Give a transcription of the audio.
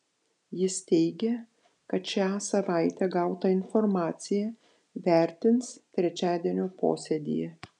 jis teigia kad šią savaitę gautą informaciją vertins trečiadienio posėdyje